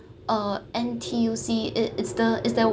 uh N_T_U_C it is the is the